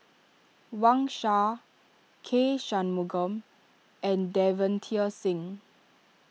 Wang Sha K Shanmugam and Davinder Singh